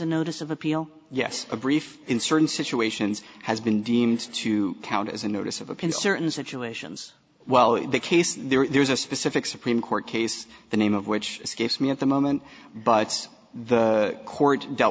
a notice of appeal yes a brief in certain situations has been deemed to count as a notice of a concert in situations well in the case there is a specific supreme court case the name of which escapes me at the moment but the court dealt